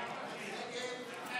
של